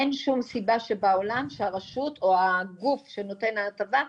אין שום סיבה שבעולם שהרשות או הגוף שנותן את ההטבה,